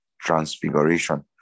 transfiguration